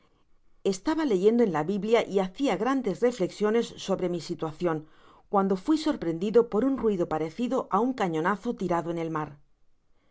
estaba leyendo en la biblia y hacia grandes reflexiones sobre mi situacion cuando fui sorprendido por un ruido parecido á un cañonazo tirado en el mar